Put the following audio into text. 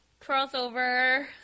crossover